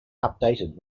updated